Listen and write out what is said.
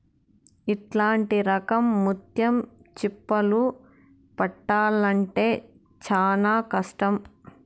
ఇట్లాంటి రకం ముత్యం చిప్పలు పట్టాల్లంటే చానా కష్టం